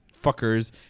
fuckers